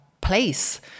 place